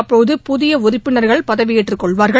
அப்போது புதிய உறுப்பினா்கள் பதவியேற்றுக் கொள்வார்கள்